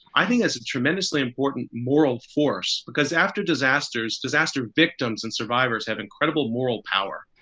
i think it's a tremendously important moral force because after disasters, disaster victims and survivors have incredible moral power.